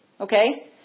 okay